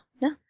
no